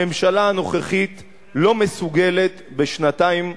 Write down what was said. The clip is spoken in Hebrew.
הממשלה הנוכחית לא מסוגלת בשנתיים,